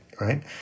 right